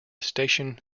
station